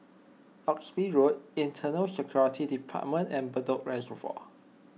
Oxley Road Internal Security Department and Bedok Reservoir